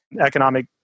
economic